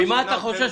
אז ממה אתה חושש?